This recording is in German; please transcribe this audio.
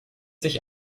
sich